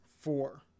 four